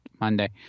Monday